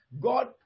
God